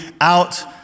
out